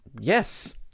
yes